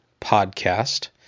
Podcast